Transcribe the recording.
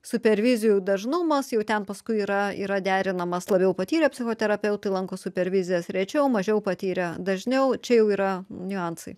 supervizijų dažnumas jau ten paskui yra yra derinamas labiau patyrę psichoterapeutai lanko supervizijas rečiau mažiau patyrę dažniau čia jau yra niuansai